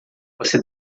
você